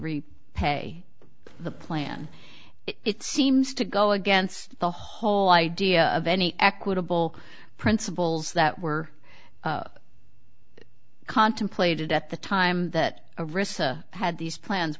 reap pay the plan it seems to go against the whole idea of any equitable principles that were contemplated at the time that a risk had these plans